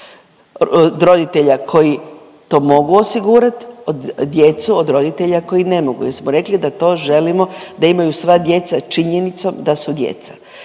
od roditelja koji to mogu osigurat, djecu od roditelja koji ne mogu jer smo rekli da to želimo da imaju sva djeca činjenicom da su djeca.